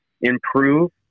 improve